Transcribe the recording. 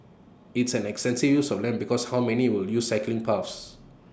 it's an extensive use of land because how many will use cycling paths